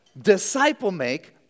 Disciple-make